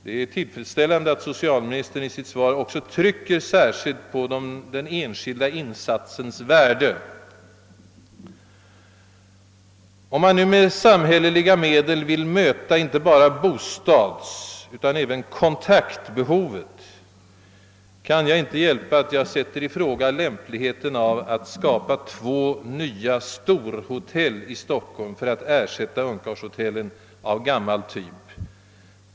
Det är tillfredsställande att socialministern i sitt svar också trycker på den enskilda insatsens värde. Om man nu med samhälleliga medel vill möta inte bara bostadsutan även kontaktbehovet, kan jag inte hjälpa att jag sätter i fråga lämpligheten av att skapa två nya storhotell i Stockholm för att ersätta ungkarlshotellen av gammal typ.